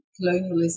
colonialism